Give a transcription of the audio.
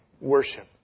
worship